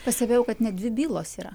pastebėjau kad net dvi bylos yra